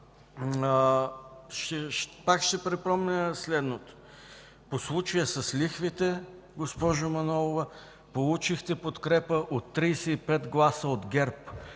Пак ще припомня следното – по случая с лихвите, госпожо Манолова, получихте подкрепа от 35 гласа от ГЕРБ,